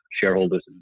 shareholders